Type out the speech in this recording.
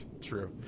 True